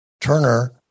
Turner